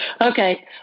Okay